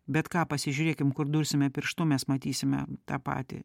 bet ką pasižiūrėkim kur dursime pirštu mes matysime tą patį